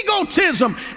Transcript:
egotism